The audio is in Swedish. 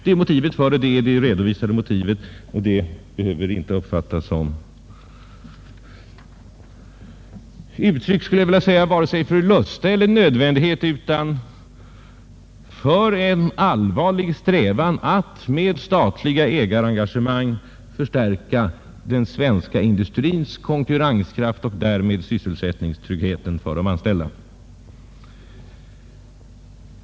Det är det redovisade motivet, och det behöver inte uppfattas som uttryck för vare sig lusta eller nödvändighet utan som en allvarlig strävan att med statliga ägarengagemang förstärka den svenska industrins konkurrenskraft och därmed sysselsättningstryggheten för de anställda.